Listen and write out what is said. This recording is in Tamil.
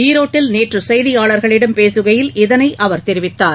ஈரோட்டில் நேற்று செய்தியா்களிடம் பேசுகையில் இதனை அவர் தெரிவித்தார்